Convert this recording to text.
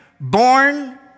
born